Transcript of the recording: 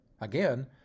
Again